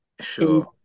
Sure